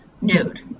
nude